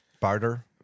Barter